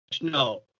No